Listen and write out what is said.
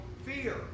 fear